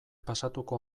pasatuko